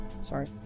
sorry